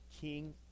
King